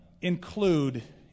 include